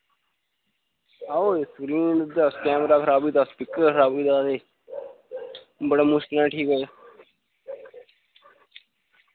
आओ स्क्रीन उ'दा कैमरा खराब होई दा हा स्पीकर खराब होई दा हा ते बड़ै मुश्किल नै ठीक